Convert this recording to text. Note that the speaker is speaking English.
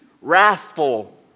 wrathful